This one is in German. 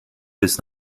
bis